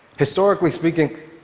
historically speaking,